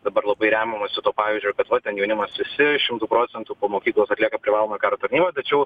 dabar labai remiamasi tuo pavyzdžiu kad va ten jaunimas visi šimtu procentų po mokyklos atlieka privalomą karo tarnybą tačiau